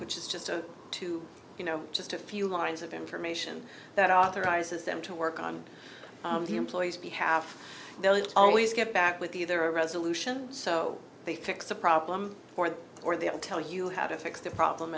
which is just a two you know just a few lines of information that authorizes them to work on the employees behalf they always get back with the their resolution so they fix the problem or they'll tell you how to fix the problem